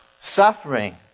suffering